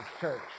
church